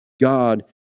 God